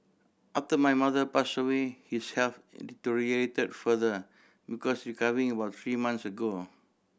after my mother passed away his health deteriorated further because recovering about three months ago